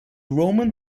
roman